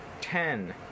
ten